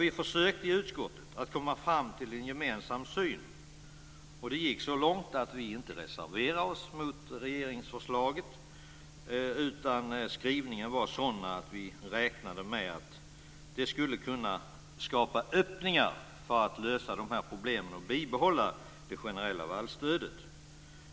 I utskottet har vi försökt att komma fram till en gemensam syn. Det gick så långt att vi inte reserverade oss mot regeringsförslaget. Skrivningen var sådan att vi räknade med att det skulle gå att skapa öppningar för att lösa problemen och bibehålla det generella vallstödet.